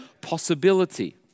possibility